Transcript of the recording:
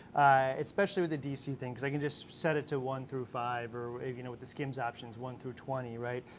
especially with the dc thing, cause i can just set it to one through five or you know with the skimz options, one through twenty, right,